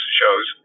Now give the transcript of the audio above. shows